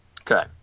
Okay